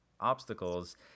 obstacles